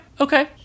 okay